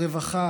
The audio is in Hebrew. הרווחה,